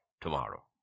tomorrow